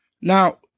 Now